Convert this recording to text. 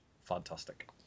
fantastic